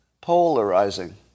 polarizing